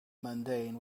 mundane